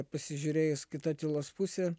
pasižiūrėjus kita tylos pusė